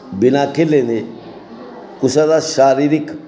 बिना खेले दे कुसै दा शारीरिक